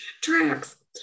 Tracks